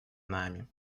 нами